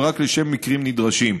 ורק לשם מקרים נדרשים.